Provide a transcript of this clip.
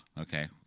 okay—